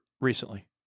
recently